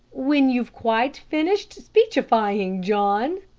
when you've quite finished speechifying, john,